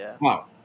Wow